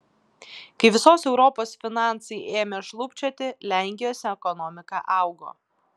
kai visos europos finansai ėmė šlubčioti lenkijos ekonomika augo